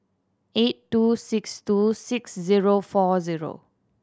eight two six two six zero four zero